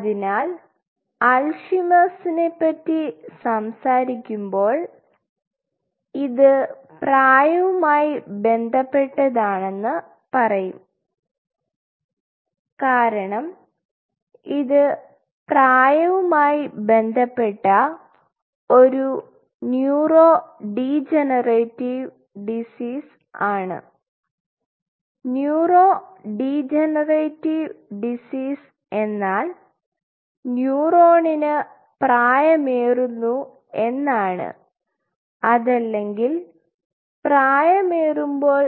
അതിനാൽ അൽഷിമേഴ്സിനെAlzheimer's പറ്റി സംസാരിക്കുമ്പോൾ എല്ലാം ഇത് പ്രായവുമായി ബന്ധപ്പെട്ടതാണെന്ന് പറയും കാരണം ഇത് പ്രായവുമായി ബന്ധപ്പെട്ട ഒരു ന്യൂറോ ഡീജനറേറ്റീവ് ഡിസീസ് ആണ് ന്യൂറോ ഡീജനറേറ്റീവ് ഡിസീസ് എന്നാൽ ന്യൂറോൺസിന് പ്രായം ഏറുന്നു എന്നാണ് അതല്ലെങ്കിൽ പ്രായമേറുമ്പോൾ